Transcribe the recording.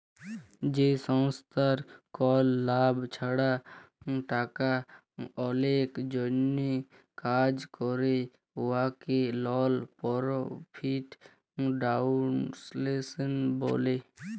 যে সংস্থার কল লাভ ছাড়া টাকা লকের জ্যনহে কাজ ক্যরে উয়াকে লল পরফিট ফাউল্ডেশল ব্যলে